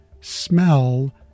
smell